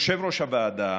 יושב-ראש הוועדה